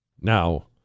Now